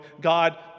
God